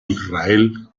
israel